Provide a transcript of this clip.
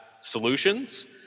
solutions